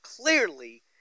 clearly